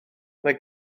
mae